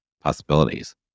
possibilities